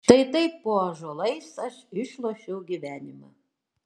štai taip po ąžuolais aš išlošiau gyvenimą